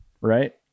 right